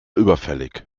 überfällig